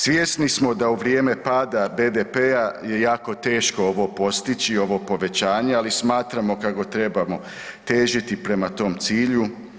Svjesni smo da u vrijeme pada BDP-a je jako teško ovo postići, ovo povećanje, ali smatramo kako trebamo težiti prema tom cilju.